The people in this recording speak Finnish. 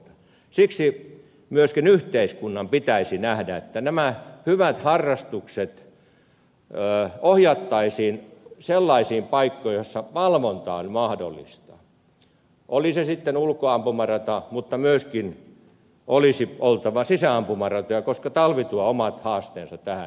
siksi myöskin yhteiskunnan pitäisi nähdä että nämä hyvät harrastukset ohjattaisiin sellaisiin paikkoihin joissa valvonta on mahdollista oli se sitten ulkoampumarata mutta myöskin olisi oltava sisäampumaratoja koska talvi tuo omat haasteensa tähän